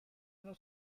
نوع